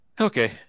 okay